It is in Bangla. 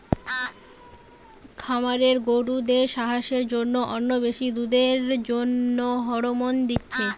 খামারে গরুদের সাস্থের জন্যে আর বেশি দুধের জন্যে হরমোন দিচ্ছে